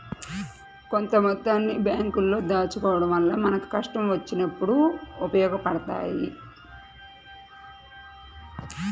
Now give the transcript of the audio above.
కొంత మొత్తాన్ని బ్యేంకుల్లో దాచుకోడం వల్ల మనకు కష్టం వచ్చినప్పుడు ఉపయోగపడతయ్యి